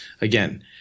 Again